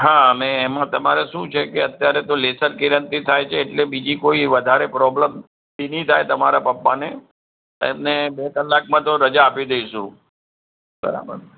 હા અને એમાં તમારે શું છે કે અત્યારે તો લેસર કિરણથી થાય છે એટલે બીજી કોઈ વધારે પ્રોબ્લેમ બી નહીં થાય તમારા પપ્પાને અને બે કલાકમાં તો રજા આપી દઇશું બરાબર ને